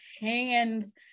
hands